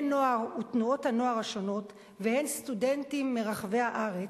נוער מתנועות הנוער השונות ושל סטודנטים מרחבי הארץ,